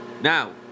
Now